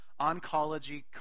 oncology